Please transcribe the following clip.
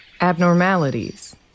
Abnormalities